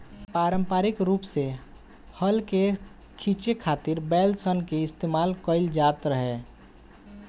पारम्परिक रूप से हल के खीचे खातिर बैल सन के इस्तेमाल कईल जाट रहे